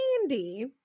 candy